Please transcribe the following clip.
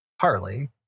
Harley